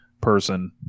person